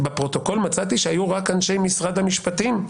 בפרוטוקול מצאתי שהיו רק אנשי משרד המשפטים.